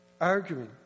arguing